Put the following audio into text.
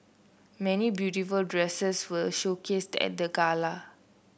many beautiful dresses were showcased at the gala